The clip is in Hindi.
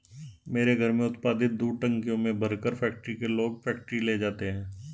मेरे घर में उत्पादित दूध टंकियों में भरकर फैक्ट्री के लोग फैक्ट्री ले जाते हैं